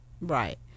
Right